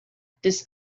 this